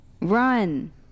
Run